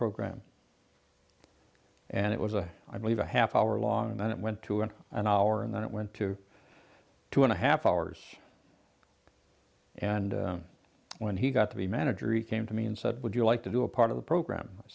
program and it was a i believe a half hour long and then it went to an an hour and then it went to two and a half hours and when he got to be manager he came to me and said would you like to do a part of the program i